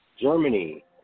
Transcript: Germany